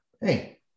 hey